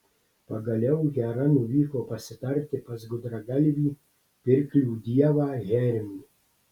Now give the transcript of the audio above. pagaliau hera nuvyko pasitarti pas gudragalvį pirklių dievą hermį